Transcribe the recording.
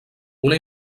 una